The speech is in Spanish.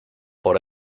por